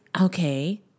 okay